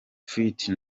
twite